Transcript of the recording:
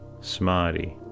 Smarty